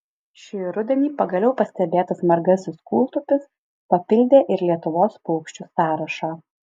šį rudenį pagaliau pastebėtas margasis kūltupis papildė ir lietuvos paukščių sąrašą